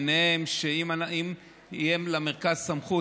ובהם שיהיה למרכז סמכות,